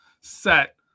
set